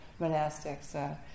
monastics